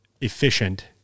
efficient